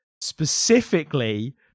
specifically